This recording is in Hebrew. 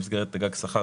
במסגרת הסכם גג השכר,